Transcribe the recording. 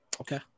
Okay